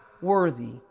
worthy